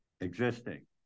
existing